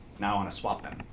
now i want to swap them.